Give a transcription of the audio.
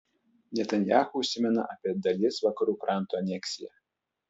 netanyahu užsimena apie dalies vakarų kranto aneksiją